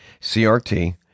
CRT